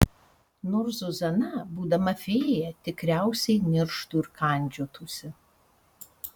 nors zuzana būdama fėja tikriausiai nirštų ir kandžiotųsi